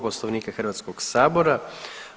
Poslovnika HS-a.